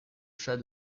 chat